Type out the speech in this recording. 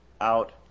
out